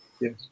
Yes